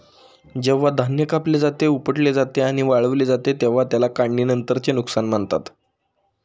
जेव्हा धान्य कापले जाते, उपटले जाते आणि वाळवले जाते तेव्हा त्याला काढणीनंतरचे नुकसान म्हणतात